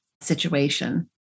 situation